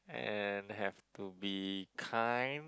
and have to be kind